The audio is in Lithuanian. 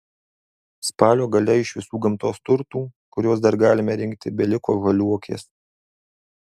spalio gale iš visų gamtos turtų kuriuos dar galime rinkti beliko žaliuokės